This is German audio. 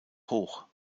hoch